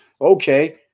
Okay